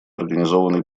организованной